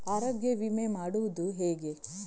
ಆರೋಗ್ಯ ವಿಮೆ ಮಾಡುವುದು ಹೇಗೆ?